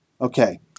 okay